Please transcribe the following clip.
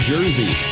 Jersey